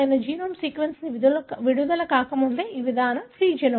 genome sequence విడుదల కాకముందే ఈ విధానం ప్రీ జెనోమిక్